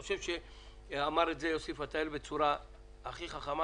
אני חושב שאמר את זה יוסי פתאל בצורה הכי חכמה